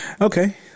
Okay